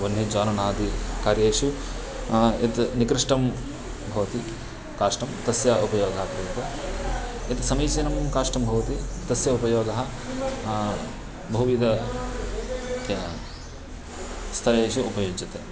वह्नि ज्वालनादि कार्येषु यत् निकृष्टं भवति काष्टं तस्य उपयोगः क्रियते यत् समीचीनं काष्टं भवति तस्य उपयोगः बहुविधं स्तरेषु उपयुज्यते